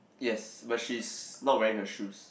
yes but she's not wearing her shoes